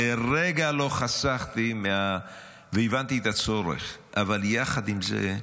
לרגע לא חסכתי, הבנתי את הצורך, אבל יחד עם זה,